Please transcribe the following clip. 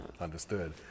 Understood